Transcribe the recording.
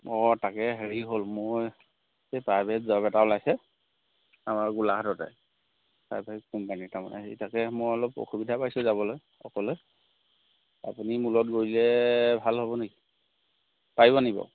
অঁ তাকে হেৰি হ'ল মই এই প্ৰাইভেট জব এটা ওলাইছে আমাৰ গোলাঘাটতে প্ৰাইভেট কোম্পানী তাৰমানে হেৰি তাকে মই অলপ অসুবিধা পাইছোঁ যাবলৈ অকলে আপুনি মোৰ লগত গৈ দিলে ভাল হ'ব নেকি পাৰিব নেকি বাৰু